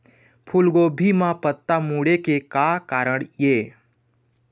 फूलगोभी म पत्ता मुड़े के का कारण ये?